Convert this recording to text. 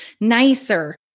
nicer